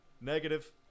Negative